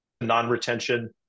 non-retention